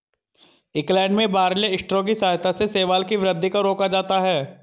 England में barley straw की सहायता से शैवाल की वृद्धि को रोका जाता है